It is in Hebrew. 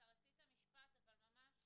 אתה רצית משפט, אבל ממש